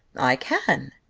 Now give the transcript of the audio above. i can,